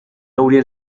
haurien